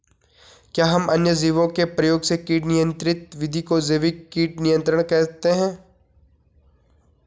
क्या हम अन्य जीवों के प्रयोग से कीट नियंत्रिण विधि को जैविक कीट नियंत्रण कहते हैं?